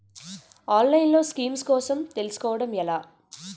ఆన్లైన్లో స్కీమ్స్ కోసం తెలుసుకోవడం ఎలా?